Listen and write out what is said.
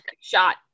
shot